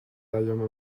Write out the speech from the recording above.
ایام